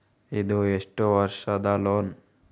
ಇದು ಎಷ್ಟು ವರ್ಷದ ಲೋನ್?